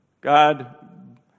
God